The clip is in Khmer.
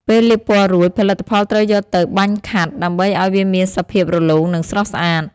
ពេលលាបពណ៌រួច ផលិតផលត្រូវយកទៅ បាញ់ខាត់ ដើម្បីឱ្យវាមានសភាពរលោង និងស្រស់ស្អាត។